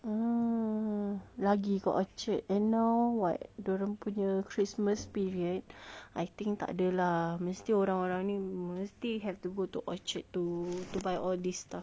mm lagi kat got orchard then now what dia orang punya christmas period I think tak ada lah mesti orang-orang ni mesti still have to go to orchard to to buy all these stuff